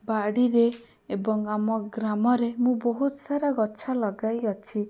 ବାଡ଼ିରେ ଏବଂ ଆମ ଗ୍ରାମରେ ମୁଁ ବହୁତସାରା ଗଛ ଲଗାଇ ଅଛି